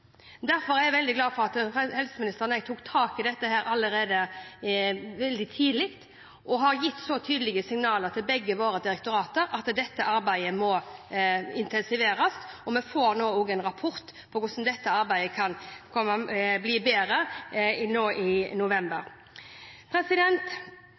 Derfor er jeg veldig glad for at helseministeren og jeg tok tak i dette allerede veldig tidlig og ga tydelige signaler til begge våre direktorater om at dette arbeidet måtte intensiveres. Vi får en rapport nå i november om hvordan dette arbeidet kan bli bedre.